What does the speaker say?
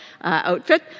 outfit